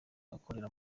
abakorera